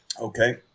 Okay